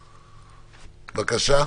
בבקשה.